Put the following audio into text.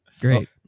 great